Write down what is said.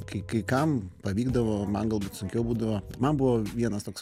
kai kai kam pavykdavo man galbūt sunkiau būdavo man buvo vienas toks